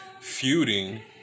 feuding